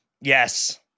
Yes